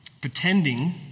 Pretending